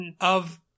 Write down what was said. of-